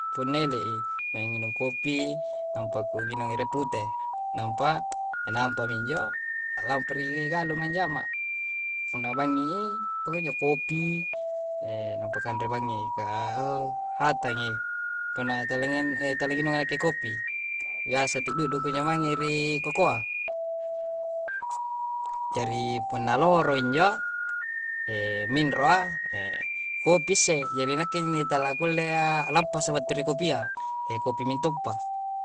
Punna ele'i, maing nginung kopi, nampa kungnginung ere pute. Nampa, enampa minjo, a'lampa ri galunga anjama. Punna bangngi i, pakunjo, kopi, eenampa kanre bangngi, ka oowh hatangi punna talangi etalanginunga nakke kopi. Biasa tiddu'du kunjo mange riii kokoa. Jari punna lohoroi injo, eemminro'a ekopi sse. Jari nakke inni talakkullea lappasa battu ri kopia. Ekopi mintoppa.